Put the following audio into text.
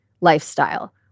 lifestyle